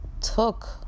took